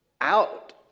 out